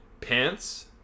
pants